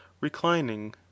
reclining